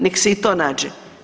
Nek se i to nađe.